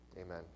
Amen